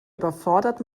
überfordert